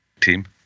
team